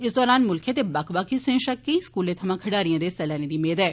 इस दौरान मुल्खै दे बक्ख बक्ख हिस्सें शा केंई स्कूलें थमां खडारियें दे हिस्सा लैने दी मेद ऐ